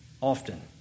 often